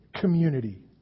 community